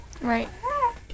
Right